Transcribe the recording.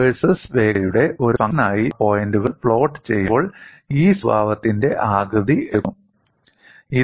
K versus വേഗതയുടെ ഒരു ഫംഗ്ഷനായി നിങ്ങൾ ആ പോയിന്റുകൾ പ്ലോട്ട് ചെയ്യുമ്പോൾ ഈ സ്വഭാവത്തിന്റെ ആകൃതി എടുക്കുന്നു